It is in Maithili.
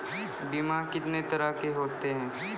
बीमा कितने तरह के होते हैं?